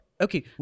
Okay